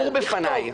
סגור בפניי.